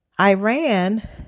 Iran